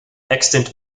extant